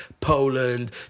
Poland